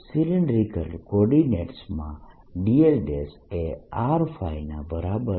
cylindrical કોર્ડીનેટસમાં dl એ R ના બરાબર છે